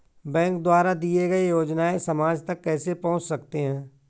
Bank द्वारा दिए गए योजनाएँ समाज तक कैसे पहुँच सकते हैं?